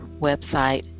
website